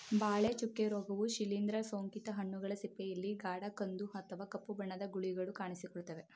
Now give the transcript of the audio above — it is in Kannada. ಬಾಳೆ ಚುಕ್ಕೆ ರೋಗವು ಶಿಲೀಂದ್ರ ಸೋಂಕಿತ ಹಣ್ಣುಗಳ ಸಿಪ್ಪೆಯಲ್ಲಿ ಗಾಢ ಕಂದು ಅಥವಾ ಕಪ್ಪು ಬಣ್ಣದ ಗುಳಿಗಳು ಕಾಣಿಸಿಕೊಳ್ತವೆ